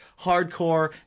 hardcore